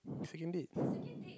second date